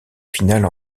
finale